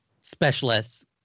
specialists